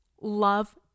love